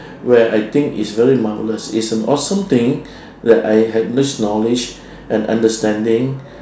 where I think it's very mildness is an awesome thing that I have this knowledge and understanding